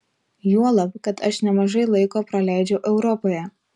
juolab kad aš nemažai laiko praleidžiu europoje